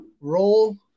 roll